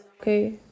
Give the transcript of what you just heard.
Okay